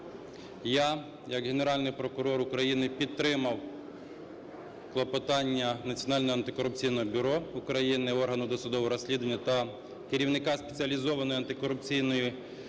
Я як Генеральний прокурор України підтримав клопотання Національного антикорупційного бюро України, органу досудового розслідування, та керівника Спеціалізованої антикорупційної